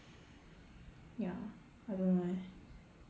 ya I don't know eh